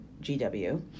GW